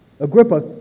Agrippa